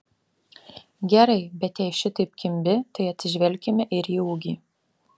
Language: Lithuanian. gerai bet jei šitaip kimbi tai atsižvelkime ir į ūgį